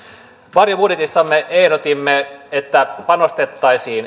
varjobudjetissamme ehdotimme että panostettaisiin